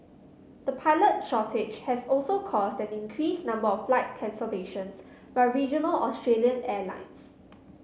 the pilot shortage has also caused that an increased number of flight cancellations by regional Australian airlines